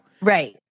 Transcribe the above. Right